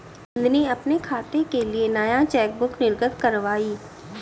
नंदनी अपने खाते के लिए नया चेकबुक निर्गत कारवाई